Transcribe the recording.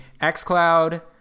XCloud